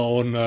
on